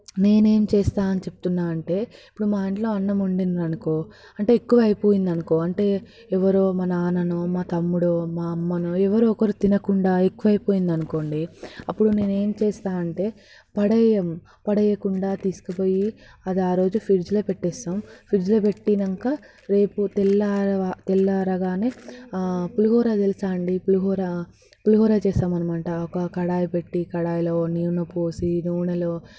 నేను ఏం చేస్తాను అని చెప్తున్నాను అంటే ఇప్పుడు మా ఇంట్లో అన్నం వండారు అనుకో అంటే ఎక్కువ అయిపోయిందనుకో అంటే ఎవరో మా నాన్ననో మా తమ్ముడో మా అమ్మనో ఎవరో ఒకరు తినకుండా ఎక్కువ అయిపోయిందనుకోండి అప్పుడు నేను ఏం చేస్తాను అంటే పడవేయము పడేయకుండా తీసుకపోయి అది ఆరోజు ఫ్రిడ్జ్లో పెట్టేస్తాము ఫ్రిడ్జ్లో పెట్టాక రేపు తెల్లారి తెల్లారగానే పులిహోర తెలుసా అండి పులిహోర పులిహోర చేస్తాము అన్నమాట ఒక కడాయి పెట్టి కడాయిలో నూనె పోసి నూనెలో